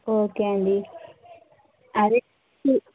okay అండి అదే